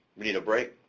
need a break?